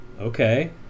okay